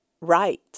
right